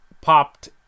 popped